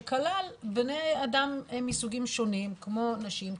שכלל בני אדם מסוגים שונים כמו נשים,